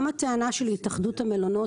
גם הטענה של התאחדות המלונות,